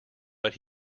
but